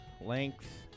length